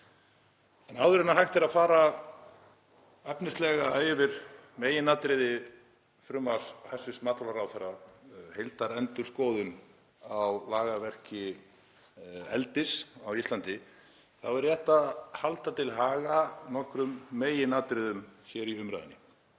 En áður en hægt er að fara efnislega yfir meginatriði frumvarps hæstv. matvælaráðherra, heildarendurskoðun á lagaverki eldis á Íslandi, þá er rétt að halda til haga nokkrum meginatriðum í umræðunni.